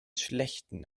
schlechten